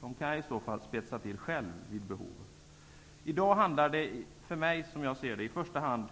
Sådana kan jag spetsa till själv vid behov. I dag handlar det för mig i första hand